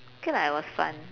K lah it was fun